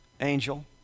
Angel